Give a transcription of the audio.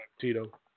Tito